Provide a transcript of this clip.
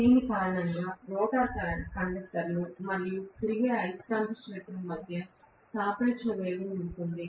దీని కారణంగా రోటర్ కండక్టర్లు మరియు తిరిగే అయస్కాంత క్షేత్ర వేగం మధ్య సాపేక్ష వేగం ఉంటుంది